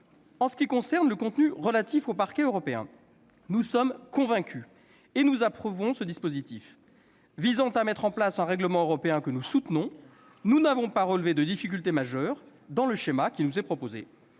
En ce qui concerne le contenu relatif au Parquet européen, nous sommes convaincus et approuvons ce dispositif visant à mettre en place un règlement européen que nous soutenons. Nous n'avons pas relevé de difficulté majeure dans le schéma qui nous est proposé.